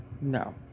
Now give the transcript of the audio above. No